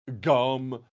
Gum